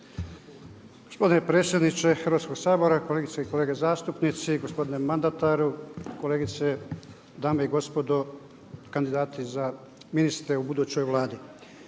Gospodine predsjedniče Hrvatskog sabora, kolegice i kolege zastupnici, gospodine mandataru, kolegice, dame i gospodo kandidati za ministre u budućnoj Vladi.